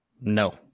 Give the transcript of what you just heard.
No